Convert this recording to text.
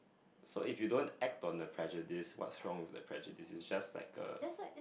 so if you don't act on the prejudice what's wrong with the prejudice is just like a